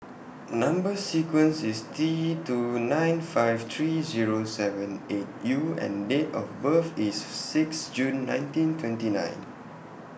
Number sequence IS T two nine five three Zero seven eight U and Date of birth IS six June nineteen twenty nine